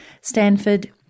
Stanford